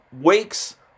weeks